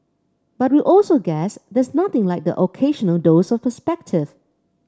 but we also guess there's nothing like the occasional dose of perspective